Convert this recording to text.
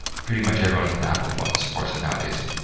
pretty much everyone with an apple phone supports it nowadays.